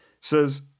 says